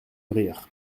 rire